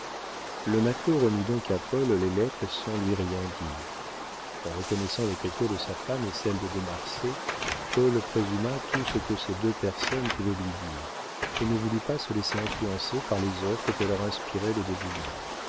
le matelot remit donc à paul les lettres sans lui rien dire en reconnaissant l'écriture de sa femme et celle de de marsay paul présuma tout ce que ces deux personnes pouvaient lui dire et ne voulut pas se laisser influencer par les offres que leur inspirait le dévouement